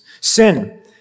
Sin